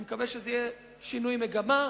אני מקווה שזה יהיה שינוי מגמה,